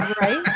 Right